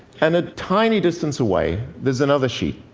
and a tiny distance away, there's another sheet,